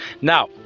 Now